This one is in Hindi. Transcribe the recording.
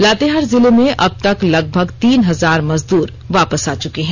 लातेहार जिले में अबतक लगभग तीन हजार मजदूर वापस आ चुके हैं